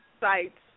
sites